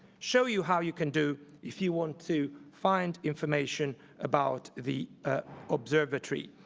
show you how you can do if you want to find information about the observatory.